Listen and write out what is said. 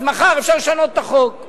אז מחר אפשר לשנות את החוק ויגידו: